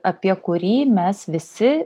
apie kurį mes visi